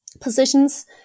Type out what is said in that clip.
positions